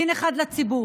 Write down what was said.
דין אחד לציבור.